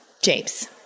James